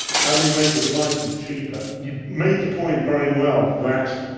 how do we make the devices cheaper? you made the point very well that